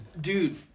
Dude